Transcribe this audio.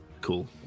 cool